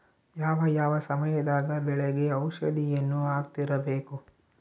ಯಾವ ಯಾವ ಸಮಯದಾಗ ಬೆಳೆಗೆ ಔಷಧಿಯನ್ನು ಹಾಕ್ತಿರಬೇಕು?